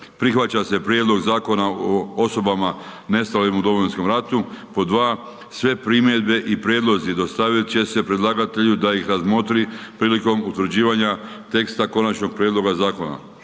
Prihvaća se prijedlog Zakona o osobama nestalim u Domovinskom ratu, pod 2. sve primjedbe i prijedlozi dostavljat će se predlagatelju da ih razmotri prilikom utvrđivanja teksta konačnog prijedloga zakona.